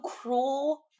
cruel